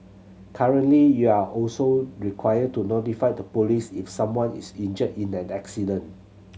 currently you're also required to notify the police if someone is injured in an accident